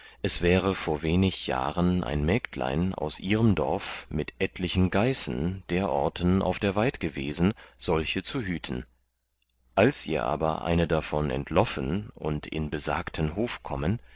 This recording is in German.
es wäre vor wenig jahren ein mägdlein aus ihrem dorf mit etlichen gaißen derorten auf der waid gewesen solche zu hüten als ihr aber eine davon entloffen und in besagten hof kommen